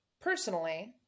personally